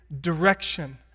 direction